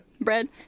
Bread